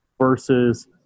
versus